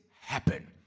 happen